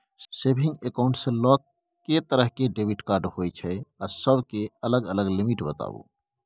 Saving accounts ल के तरह के डेबिट कार्ड होय छै आ सब के अलग अलग लिमिट बताबू?